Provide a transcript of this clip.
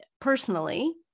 personally